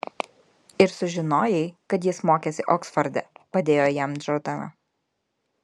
ir sužinojai kad jis mokėsi oksforde padėjo jam džordana